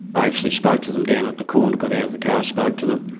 i actually spoke to them down at the corner, got out of the car, spoke to them